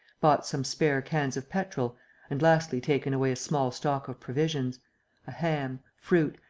bought some spare cans of petrol and lastly taken away a small stock of provisions a ham, fruit,